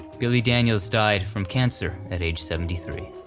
billy daniels died from cancer at age seventy three.